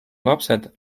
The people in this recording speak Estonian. lapsed